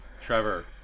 Trevor